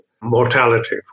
Mortality